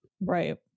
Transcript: right